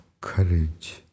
courage